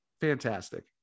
Fantastic